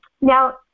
Now